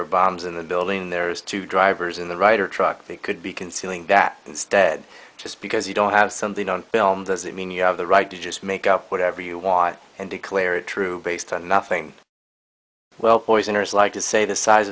are bombs in the building there is two drivers in the ryder truck that could be concealing that instead just because you don't have something on film does that mean you have the right to just make up whatever you want and declare it true based on nothing well poisoners like to say the size